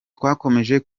twakomeje